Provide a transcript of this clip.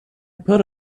put